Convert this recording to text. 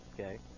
Okay